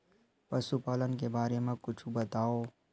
पशुपालन के बारे मा कुछु बतावव?